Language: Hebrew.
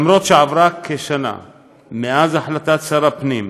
אף שעברה כשנה מאז החלטת שר הפנים